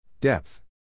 Depth